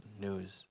news